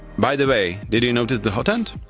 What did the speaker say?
by the way, did you notice the hotend?